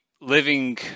living